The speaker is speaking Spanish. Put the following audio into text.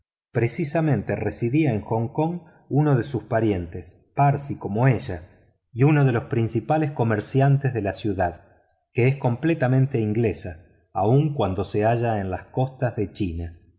precisamente residía en hong kong uno de sus parientes parsi como ella y uno de los principales comerciantes de la ciudad que es completamente inglesa aun cuando se halla en las costas de china